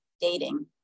dating